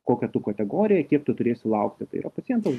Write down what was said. kokia tu kategorija kiek tu turėsi laukti tai yra pacientas